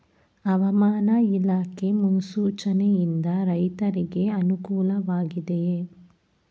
ಹವಾಮಾನ ಇಲಾಖೆ ಮುನ್ಸೂಚನೆ ಯಿಂದ ರೈತರಿಗೆ ಅನುಕೂಲ ವಾಗಿದೆಯೇ?